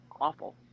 awful